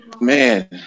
man